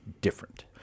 different